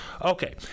Okay